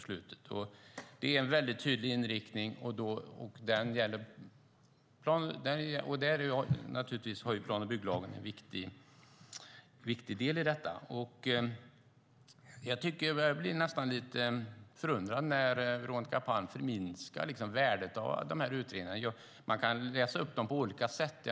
Detta är en tydlig inriktning, och där har plan och bygglagen en viktig roll. Jag blir lite förundrad när Veronica Palm förminskar värdet av utredningarna. Man kan läsa upp dem på olika sätt.